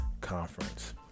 Conference